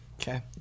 Okay